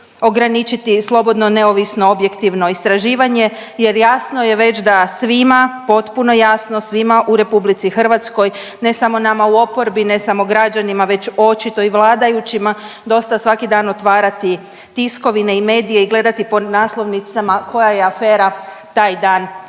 ograničiti slobodno, neovisno, objektivno istraživanje jer jasno je već da svima potpuno jasno svima u RH, ne samo nama u oporbi, ne samo građanima već očito i vladajućima dosta svaki dan otvarati tiskovine i medije i gledati po naslovnicama koja je afera taj dan